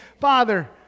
Father